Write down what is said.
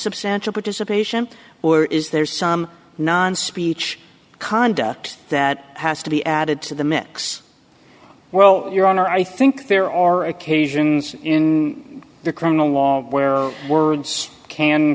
substantial participation or is there some non speech conduct that has to be added to the mix well your honor i think there are occasions in the criminal law where words can